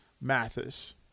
Mathis